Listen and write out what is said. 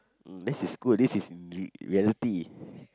that is school this is reality